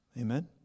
Amen